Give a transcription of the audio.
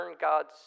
God's